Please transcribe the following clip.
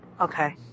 Okay